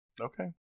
Okay